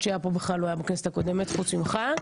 שפה בכלל לא היה בכנסת הקודמת חוץ ממך.